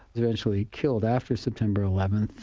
eventually killed after september eleven,